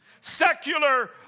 Secular